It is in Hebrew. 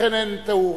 לכן אין תאורה,